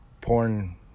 porn